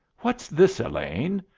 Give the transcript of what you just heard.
what's this, elaine?